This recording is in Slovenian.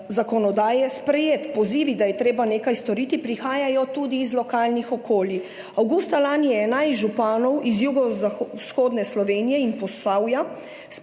zakonodaje sprejet. Pozivi, da je treba nekaj storiti, prihajajo tudi iz lokalnih okolij. Avgusta lani je 11 županov iz jugovzhodne Slovenije in Posavja